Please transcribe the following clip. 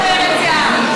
מסמרת שיער.